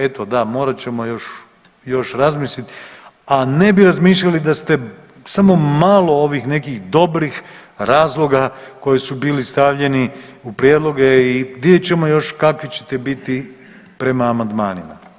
Eto morat ćemo još razmisliti, a ne bi razmišljali da ste samo malo ovih nekih dobrih razloga koji su bili stavljeni u prijedloge i vidjet ćemo još kakvi ćete biti prema amandmanima.